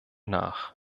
nach